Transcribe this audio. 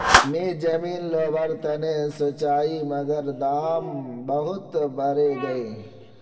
मी जमीन लोवर तने सोचौई मगर दाम बहुत बरेगये